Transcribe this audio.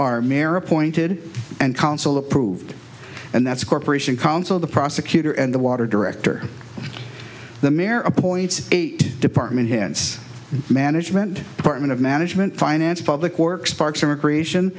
are mer appointed and council approved and that's a corporation council the prosecutor and the water director the merrow points eight department hence management department of management finance public works parks and recreation